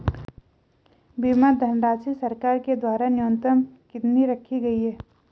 बीमा धनराशि सरकार के द्वारा न्यूनतम कितनी रखी गई है?